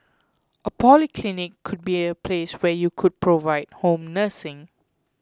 a polyclinic could be a place where you could provide home nursing